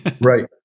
Right